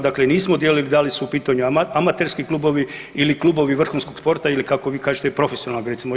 Dakle, nismo dijelili da li su u pitanju amaterski klubovi ili klubovi vrhunskog sporta ili kako vi kažete profesionalnog recimo.